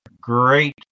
Great